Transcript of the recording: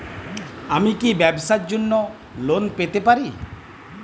আমি কি ব্যবসার জন্য লোন পেতে পারি?